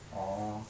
orh